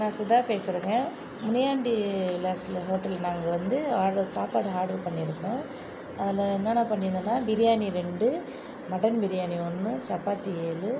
நான் சுதா பேசுகிறேங்க முனியாண்டி விலாஸில் ஹோட்டல் நாங்கள் வந்து ஆர்டர் சாப்பாடு ஆர்டர் பண்ணிருந்தோம் அதில் என்னென்ன பண்ணிருந்தோன்னா பிரியாணி ரெண்டு மட்டன் பிரியாணி ஒன்று சப்பாத்தி ஏழு